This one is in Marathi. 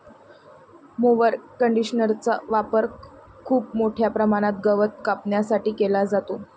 मोवर कंडिशनरचा वापर खूप मोठ्या प्रमाणात गवत कापण्यासाठी केला जातो